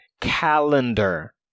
calendar